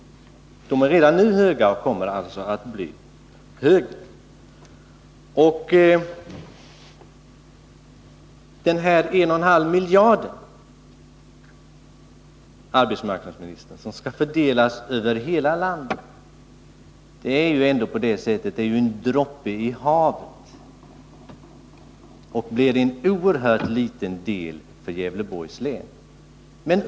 De är redan nu höga och kommer alltså att bli högre. Vad beträffar de 1,5 miljarder kronorna, herr arbetsmarknadsminister, skall ju dessa fördelas över hela landet. Det är ju en droppe i havet, och det blir fråga om en oerhört liten del för Gävleborgs län.